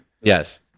Yes